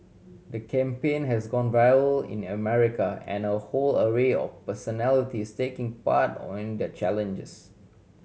the campaign has gone viral in America and a whole array of personalities taking part on the challenges